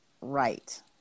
Right